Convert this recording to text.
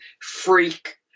freak